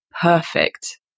perfect